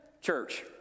church